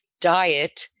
diet